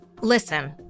listen